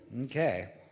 Okay